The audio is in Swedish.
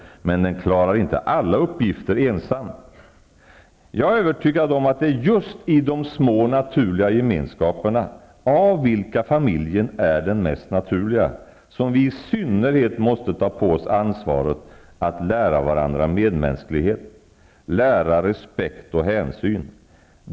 Men den klarar inte alla uppgifter ensam. Jag är övertygad om att det är just i de små naturliga gemenskaperna, av vilka familjen är den mest naturliga, som vi i synnerhet måste ta på oss ansvaret att lära varandra medmänsklighet, lära respekt och hänsyn.